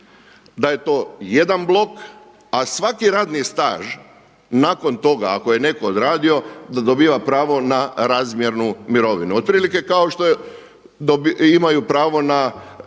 da je to jedan blok, a svaki radni staž nakon toga ako je netko odradio da dobiva pravo na razmjernu mirovinu, otprilike kao što imaju pravo na